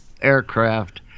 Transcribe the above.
aircraft